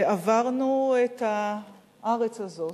עברנו את הארץ הזאת,